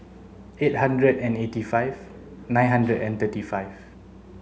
eight hundred and eighty five nine hundred and thirty five